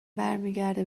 برمیگرده